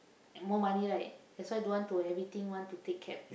more money right that's why don't want to everything want to take cab